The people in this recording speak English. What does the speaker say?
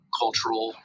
cultural